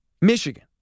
Michigan